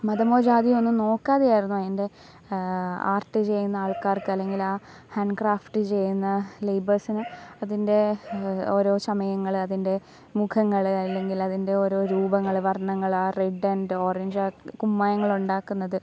മതമോ ജാതിയോ ഒന്നും നോക്കാതെയായിരുന്നു അതിൻ്റെ ആർട്ട് ചെയ്യുന്ന ആൾക്കാർക്ക് അല്ലെങ്കിൽ ആ ഹാൻ ക്രാഫ്റ്റ് ചെയ്യുന്ന ലേബേസിന് അതിൻ്റെ ഓരോ ചമയങ്ങൾ അതിൻ്റെ മുഖങ്ങൾ അല്ലെങ്കിൽ അതിൻ്റെ ഓരോ രൂപങ്ങൾ വർണങ്ങൾ ആ റെഡ് ആൻഡ് ഓറഞ്ച് ആ കുമ്മായങ്ങളുണ്ടാക്കുന്നത്